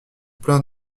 plein